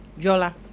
Jola